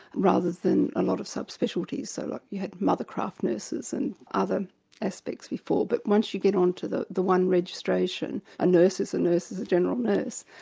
rather than a lot of sub-specialties, so like you had mothercraft nurses, and other aspects before, but once you get on to the the one registration, a nurse is a nurse is a general nurse,